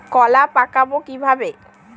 কলা পাকাবো কিভাবে?